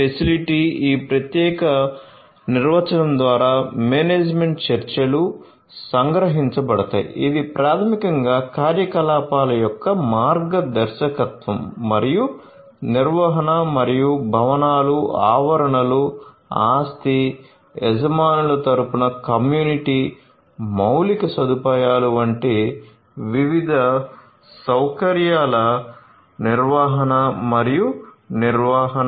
facility ఈ ప్రత్యేక నిర్వచనం ద్వారా మేనేజ్మెంట్ చర్చలు సంగ్రహించబడతాయి ఇది ప్రాథమికంగా కార్యకలాపాల యొక్క మార్గదర్శకత్వం మరియు నిర్వహణ మరియు భవనాలు ఆవరణలు ఆస్తి యజమానుల తరపున కమ్యూనిటీ మౌలిక సదుపాయాలు వంటి వివిధ సౌకర్యాల నిర్వహణ మరియు నిర్వహణ